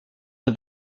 the